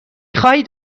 خواهید